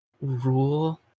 rule